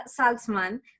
Salzman